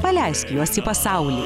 paleisk juos į pasaulį